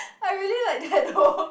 I really like that though